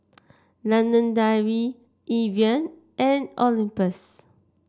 London Dairy Evian and Olympus